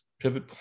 pivot